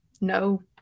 no